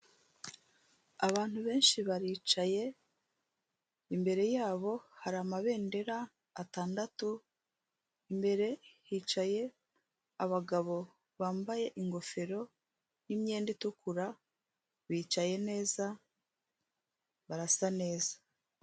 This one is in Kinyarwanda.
Abantu benshi baricaye, imbere yabo hari amabendera atandatu, imbere hicaye abagabo bambaye ingofero n'imyenda itukura, bicaye neza, barasa neza.